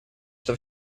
что